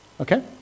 Okay